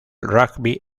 rugby